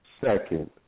second